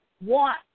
want